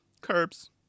curbs